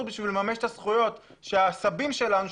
בשביל לממש את הזכויות שהסבים שלנו,